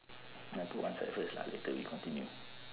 ya put one side first lah later we continue